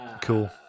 cool